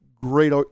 Great